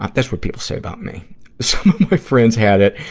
that's what people say about me. some of my friends had it,